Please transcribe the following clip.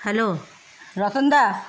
hello রশেনদা